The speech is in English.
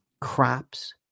crops